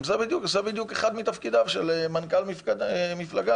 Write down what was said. זה בדיוק אחד מתפקידיו של מנכ"ל מפלגה,